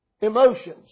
emotions